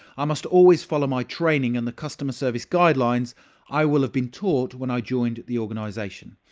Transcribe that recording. i must always follow my training and the customer service guidelines i will have been taught when i joined the organization.